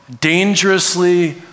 dangerously